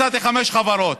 מצאתי חמש חברות,